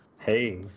hey